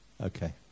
Okay